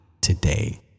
today